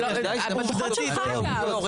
וזה דוחות שלך, אגב.